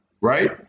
right